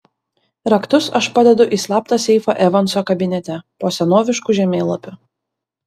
raktus aš padedu į slaptą seifą evanso kabinete po senovišku žemėlapiu